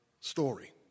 story